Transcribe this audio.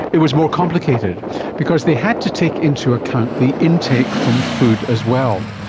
it was more complicated because they had to take into account the intake from food as well.